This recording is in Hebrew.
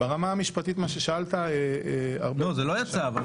ברמה המשפטית, מה ששאלת, ארבל את רוצה להתייחס?